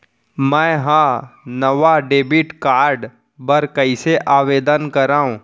मै हा नवा डेबिट कार्ड बर कईसे आवेदन करव?